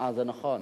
זה נכון.